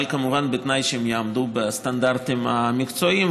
אבל כמובן בתנאי שהם יעמדו בסטנדרטים המקצועיים,